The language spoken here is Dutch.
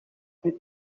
niet